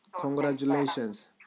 Congratulations